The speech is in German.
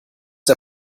der